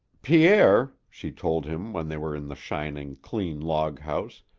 pierre, she told him when they were in the shining, clean log house,